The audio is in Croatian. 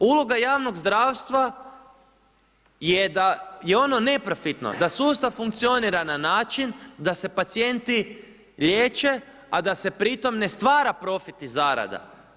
Uloga javnog zdravstva je da je ono neprofitno, da sustav funkcionira na način da se pacijenti liječe a da se pri tome ne stvara profit i zarada.